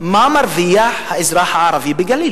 מה מרוויח האזרח הערבי בגליל?